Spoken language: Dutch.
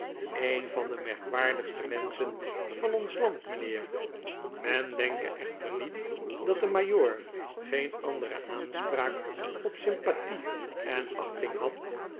een van de merkwaardigste menschen van ons land mijnheer men denke echter niet dat de majoor geen andere aanspraak op sympathie en achting had